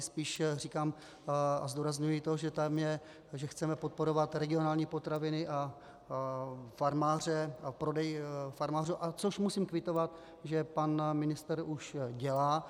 Spíš říkám a zdůrazňuji to, že tam je, že chceme podporovat regionální potraviny a farmáře a prodej farmářů, což musím kvitovat, že pan ministr už dělá.